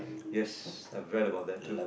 yes I've read about that too